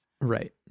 right